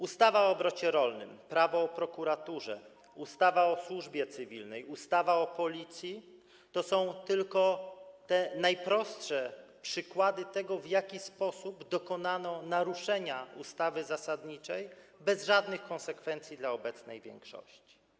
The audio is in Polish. Ustawa o obrocie rolnym, ustawa Prawo o prokuraturze, ustawa o Służbie Cywilnej, ustawa o Policji - to są tylko te najprostsze przykłady tego, w jaki sposób dokonano naruszenia ustawy zasadniczej bez żadnych konsekwencji dla obecnej większości.